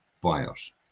buyers